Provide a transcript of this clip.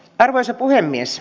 arvoisa puhemies